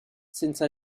since